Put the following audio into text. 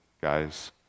guys